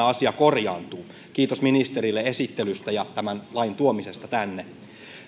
asia korjaantuu kiitos ministerille esittelystä ja tämän lain tuomisesta tänne